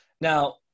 now